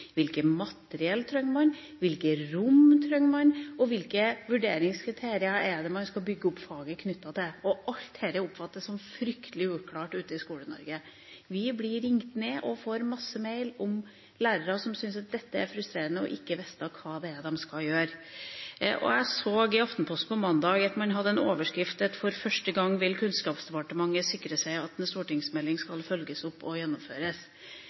vurderingskriterier er det man skal bygge opp faget rundt? Alt dette oppfattes som fryktelig uklart ute i Skole-Norge. Vi blir ringt ned og får masse mail om lærere som syns at det er veldig frustrerende ikke å vite hva det er de skal gjøre. Jeg så i Aftenposten på mandag at man hadde en overskrift om at for første gang vil Kunnskapsdepartementet sikre seg at en stortingsmelding skal følges opp og gjennomføres.